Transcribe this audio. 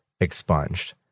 expunged